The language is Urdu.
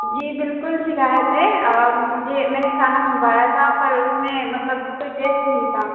جی بالکل شکایت ہے مجھے میں نے کھانا منگوایا تھا پر اس میں مطلب کوئی ٹیسٹ نہیں تھا